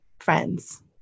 friends